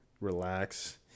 relax